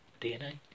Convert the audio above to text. DNA